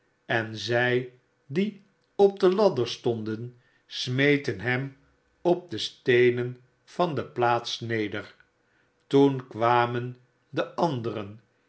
en zij die op de ladders stonden smeten hem op de steenen van de plaats neder toen kwamen de anderen